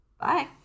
Bye